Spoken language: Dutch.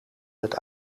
met